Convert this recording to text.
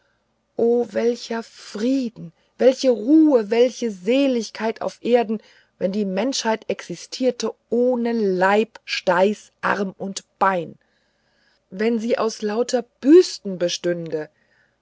welcher friede welche ruhe welche seligkeit auf erden wenn die menschheit existierte ohne leib steiß arm und bein wenn sie aus lauter büsten bestünde